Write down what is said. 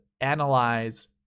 analyze